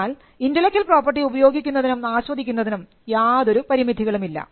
എന്നാൽ intellectual property ഉപയോഗിക്കുന്നതിനും ആസ്വദിക്കുന്നതിനും യാതൊരു പരിമിതികളും ഇല്ല